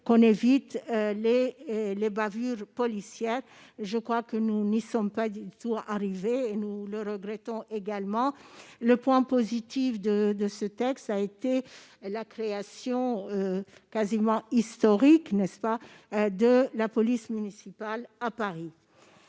d'éviter les bavures policières. Je crois que nous n'y sommes pas du tout parvenus. Nous le déplorons également. Le point positif du texte a été la création, quasiment historique, d'une police municipale à Paris.